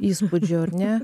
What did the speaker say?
įspūdžio ar ne